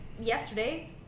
yesterday